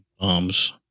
bombs